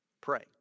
pray